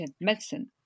medicine